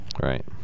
Right